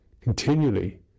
continually